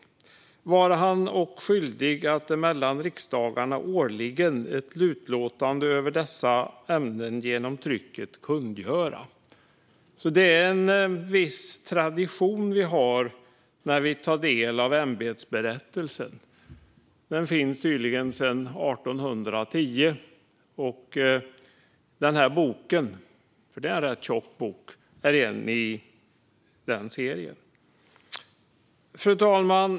Var han ock skyldig att emellan riksdagarna årligen ett utlåtande över dessa ämnen genom trycket kungöra. Det är en viss tradition vi har när vi tar del av ämbetsberättelsen. Den finns tydligen sedan 1810. Det är i år en rätt tjock bok i den serien. Fru talman!